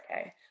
okay